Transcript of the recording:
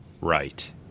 Right